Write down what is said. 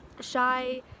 shy